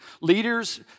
leaders